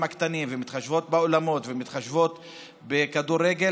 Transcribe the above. הקטנים ומתחשבות באולמות ומתחשבות בכדורגל,